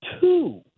two